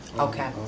okay.